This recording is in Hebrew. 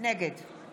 נגד דסטה